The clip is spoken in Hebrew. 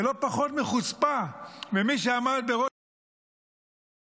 זה לא פחות מחוצפה ממי שעמד בראש המערכת ב-7 באוקטובר.